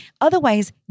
Otherwise